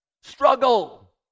struggle